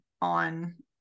on